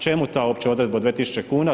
Čemu ta uopće odredba od 2000 kuna?